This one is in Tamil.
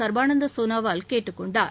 சர்பானந்த சோனாவால் கேட்டுக் கொண்டார்